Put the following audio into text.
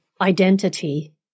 identity